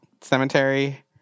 Cemetery